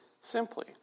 simply